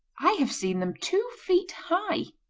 i have seen them two feet high.